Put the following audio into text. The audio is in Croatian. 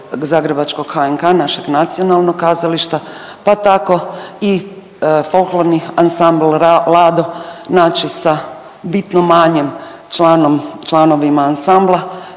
Zagrebačkog HNK našeg nacionalnog kazališta pa tako i Folklorni ansambl Lado naći sa bitno manjim članom članovima ansambla